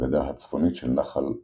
בגדה הצפונית של נחל "ווגז",